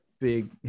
big